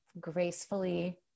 gracefully